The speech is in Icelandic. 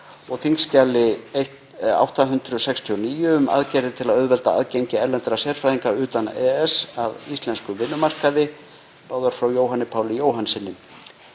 og þskj. 869, um aðgerðir til að auðvelda aðgengi erlendra sérfræðinga utan EES að íslenskum vinnumarkaði, báðar frá Jóhanni Páli Jóhannssyni.